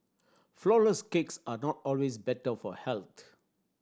flourless cakes are not always better for health